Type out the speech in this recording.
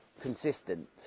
consistent